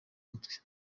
mutwe